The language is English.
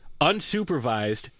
unsupervised